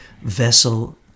vessel